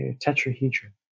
tetrahedron